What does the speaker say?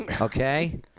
okay